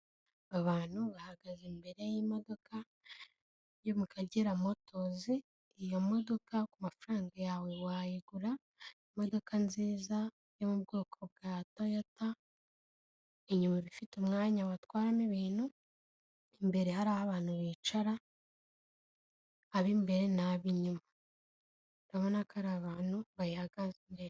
Abantu bahagaze imbere y'imodoka yo mu Kagera motozi, iyo modoka ku mafaranga yawe wayigura, imodoka nziza yo mu bwoko bwa Toyota, inyuma iba ifite umwanya batwaramo ibintu, imbere hari aho abantu bicara, ab'imbere n'ab'inyuma. Urabona ko ari abantu bayihagaze imbere.